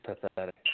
pathetic